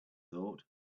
thought